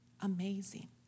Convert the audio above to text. Amazing